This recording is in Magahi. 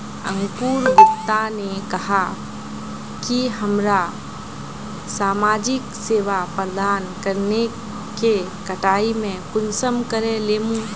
अंकूर गुप्ता ने कहाँ की हमरा समाजिक सेवा प्रदान करने के कटाई में कुंसम करे लेमु?